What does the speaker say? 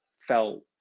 felt